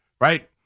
Right